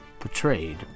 Portrayed